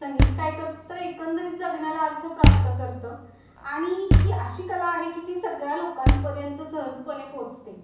संगीत काय करतं तर एकंदरीत जगण्याला अर्थ प्राप्त करतं आणि ही अशी कला आहे की ती सगळ्या लोकांपर्यंत सहजपणे पोचते